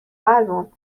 album